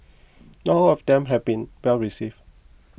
not all of them have been well receive